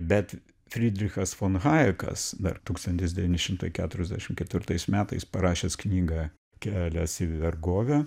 bet fridrichas fon hajekas dar tūkstantis devyni šimtai keturiasdešimt ketvirtais metais parašęs knygą kelias į vergovę